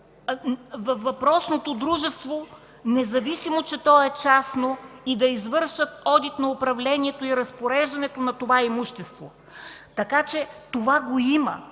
във въпросното дружество, независимо че е частно, и да извършат одит на управлението и разпореждането на това имущество. Така че това го има